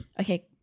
Okay